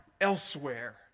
elsewhere